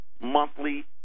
monthly